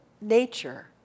nature